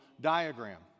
diagram